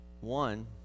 One